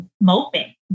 moping